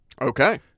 Okay